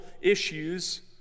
issues